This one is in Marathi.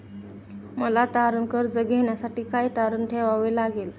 मला तारण कर्ज घेण्यासाठी काय तारण ठेवावे लागेल?